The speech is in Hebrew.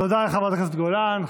תודה לחברת הכנסת גולן.